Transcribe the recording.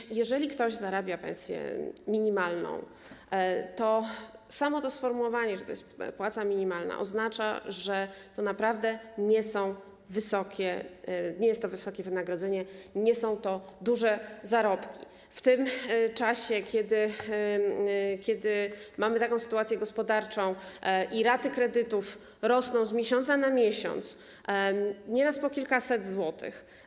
I jeżeli ktoś zarabia pensję minimalną, to samo to sformułowanie, że jest to płaca minimalna, oznacza, że naprawdę nie jest to wysokie wynagrodzenie, nie są to duże zarobki, i to w czasie, kiedy mamy taką sytuację gospodarczą i raty kredytów rosną z miesiąca na miesiąc nieraz o kilkaset złotych.